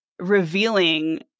revealing